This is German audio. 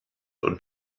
und